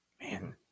Man